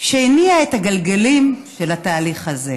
שהניע את הגלגלים של התהליך הזה.